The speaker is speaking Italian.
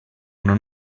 una